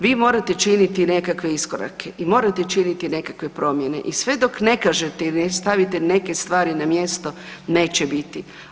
Vi morate činiti nekakve iskorake i morate činiti nekakve promjene i sve dok ne kažete i stavite neke stvari na mjesto neće biti.